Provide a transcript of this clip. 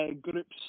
groups